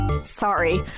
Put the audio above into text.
Sorry